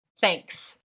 Thanks